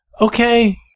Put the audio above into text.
Okay